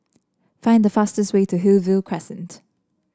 find the fastest way to Hillview Crescent